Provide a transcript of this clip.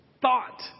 thought